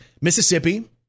Mississippi